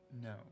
No